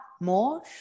more